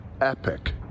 epic